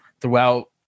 throughout